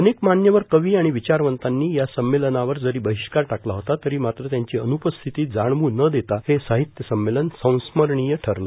अनेक मान्यवर कवी आणि विचारवंतांनी या संमेलनावर जरी बहिष्कार टाकला होता तरी मात्र त्यांची अनुपस्थिती जाणव् न देता हे साहित्यसंमेलन संस्मरणीय ठरलं